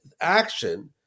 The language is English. action